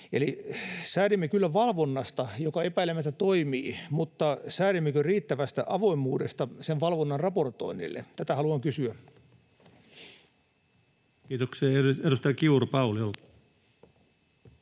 Eli säädimme kyllä valvonnasta, joka epäilemättä toimii, mutta säädimmekö riittävästä avoimuudesta sen valvonnan raportoinnille? Tätä haluan kysyä. Kiitoksia. — Ja edustaja Kiuru, Pauli,